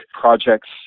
projects